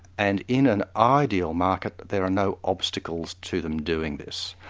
and in an ideal market there are no obstacles to them doing this,